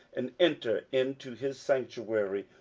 and enter into his sanctuary,